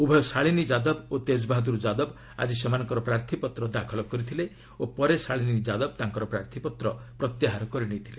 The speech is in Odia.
ଉଭୟ ଶାଳିନୀ ଯାଦବ ଓ ତେଜ୍ ବାହାଦୁର ଯାଦବ ଆକି ସେମାନଙ୍କର ପ୍ରାର୍ଥୀପତ୍ର ଦାଖଲ କରିଥିଲେ ଓ ପରେ ଶାଳିନୀ ଯାଦବ ତାଙ୍କର ପ୍ରାର୍ଥୀପତ୍ର ପ୍ରତ୍ୟାହାର କରିନେଇଥିଲେ